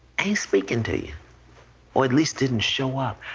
ain't speaking to you or at least didn't show up.